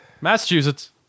Massachusetts